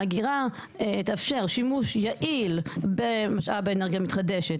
האגירה תאפשר שימוש יעיל במשאב האנרגיה המתחדשת,